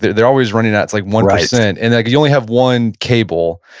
they're they're always running out, it's like one percent, and like we only have one cable.